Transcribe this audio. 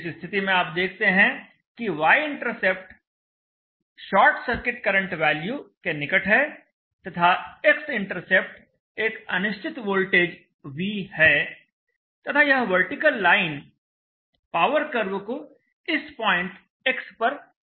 इस स्थिति में आप देखते हैं कि y intercept short circuit current value के निकट है तथा x इंटरसेप्ट एक अनिश्चित वोल्टेज V है तथा यह वर्टिकल लाइन पावर कर्व को इस पॉइंट X पर कट करती है